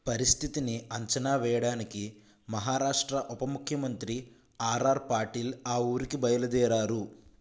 పరిస్థితిని అంచనా వేయడానికి మహారాష్ట్ర ఉప ముఖ్యమంత్రి ఆర్ఆర్ పాటిల్ ఆ ఊరికి బయలుదేరారు